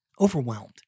Overwhelmed